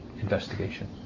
investigation